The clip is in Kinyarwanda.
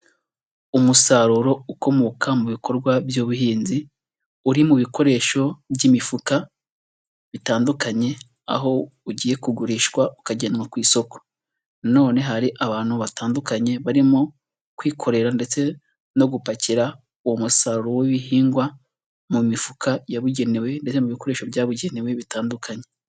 Umusaruro ukomoka mu bikorwa by'ubuhinzi, uri mu bikoresho by'imifuka bitandukanye, aho ugiye kugurishwa ukajyanwa ku isoko, nanone hari abantu batandukanye barimo kwikorera ndetse no gupakira uwo musaruro w'ibihingwa mu mifuka yabugenewe ndetse mu bikoresho byabugenewe bitandukanye.